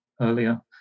earlier